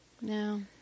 no